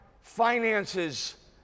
finances